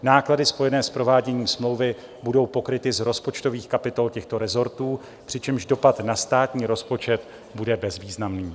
Náklady spojené s prováděním smlouvy budou pokryty z rozpočtových kapitol těchto resortů, přičemž dopad na státní rozpočet bude bezvýznamný.